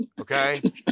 Okay